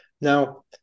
Now